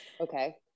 Okay